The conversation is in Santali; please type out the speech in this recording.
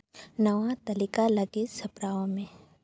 ᱱᱟᱣᱟ ᱛᱟᱹᱞᱤᱠᱟ ᱞᱟᱹᱜᱤᱫ ᱥᱟᱯᱲᱟᱣ ᱢᱮ